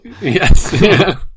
Yes